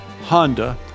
Honda